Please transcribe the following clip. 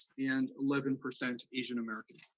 and eleven percent asian american.